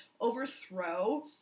overthrow